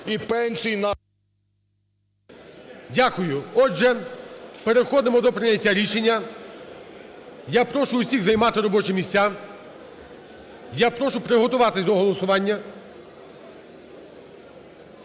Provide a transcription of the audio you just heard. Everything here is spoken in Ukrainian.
Дякую. Отже, переходимо до прийняття рішення. Я прошу усіх займати робочі місця. Я прошу приготуватися до голосування